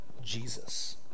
Jesus